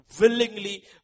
willingly